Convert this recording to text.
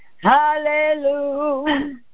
Hallelujah